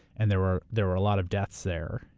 and there were there were a lot of deaths there.